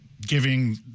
giving